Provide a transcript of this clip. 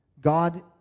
God